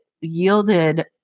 yielded